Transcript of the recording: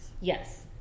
yes